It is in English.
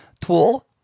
Tool